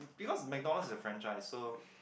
because McDonald's is a franchise so